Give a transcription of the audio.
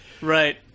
right